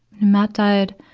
matt died,